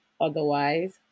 otherwise